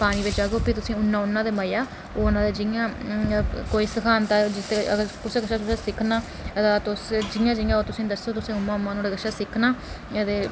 पानी बिच जागो फ्ही तुसेंई उन्ना उन्ना गै मजा औना ते जि'यां कोई सखांदा अगर उत्थै उत्थै सिक्खना तुस जि'यां जि'यां तुसें दस्सो तुसें उ'अं उ'आं उंदे कशा सिक्खना